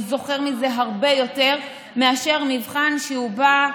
הוא זוכר מזה הרבה יותר מאשר מבחן שהוא בא,